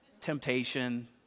temptation